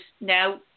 now